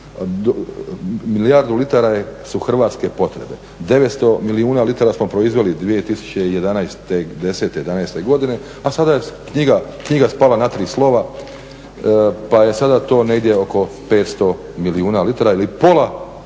milijardu litara su hrvatske potrebe, 900 milijuna litara smo proizveli 2011., '10., '11. godine a sada je knjiga spala na tri slova, pa je sada to negdje oko 500 milijuna litara ili pola